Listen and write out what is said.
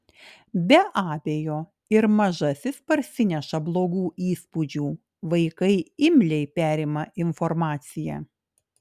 be abejo ir mažasis parsineša blogų įspūdžių vaikai imliai perima informaciją